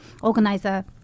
organizer